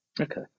Okay